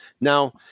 Now